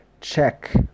check